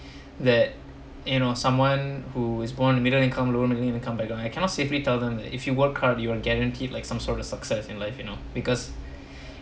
that you know someone who is born middle income low income background and I cannot safely tell them if you work hard you will guaranteed like some sort of success in life you know because